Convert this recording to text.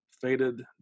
faded